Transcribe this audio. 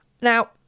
Now